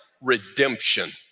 redemption